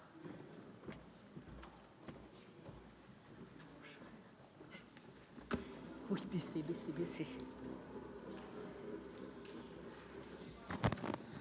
Merci